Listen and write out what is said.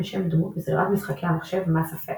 משם דמות מסדרת משחקי המחשב Mass Effect.